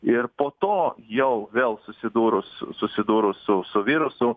ir po to jau vėl susidūrus susidūrus su su virusu